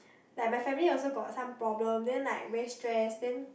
like my family also got some problem then like very stress